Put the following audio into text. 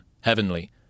heavenly